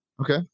Okay